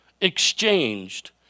exchanged